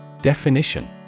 Definition